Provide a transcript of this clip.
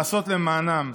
לעשות למענם.